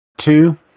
Two